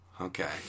Okay